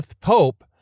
Pope